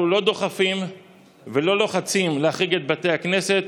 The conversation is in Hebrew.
אנחנו לא דוחפים ולא לוחצים להחריג את בתי הכנסת,